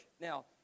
Now